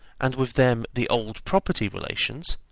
and with them the old property relations,